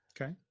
okay